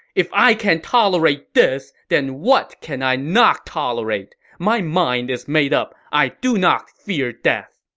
if i can tolerate this, then what can i not tolerate! my mind is made up. i do not fear death!